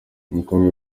umukobwa